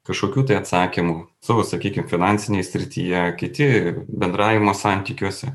kažkokių tai atsakymų savo sakykim finansinėj srityje kiti ir bendravimo santykiuose